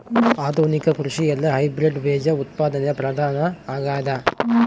ಆಧುನಿಕ ಕೃಷಿಯಲ್ಲಿ ಹೈಬ್ರಿಡ್ ಬೇಜ ಉತ್ಪಾದನೆಯು ಪ್ರಧಾನ ಆಗ್ಯದ